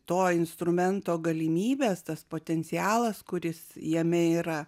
to instrumento galimybės tas potencialas kuris jame yra